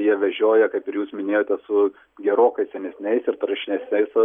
jie vežioja kaip ir jūs minėjote su gerokai senesniais ir taršersniais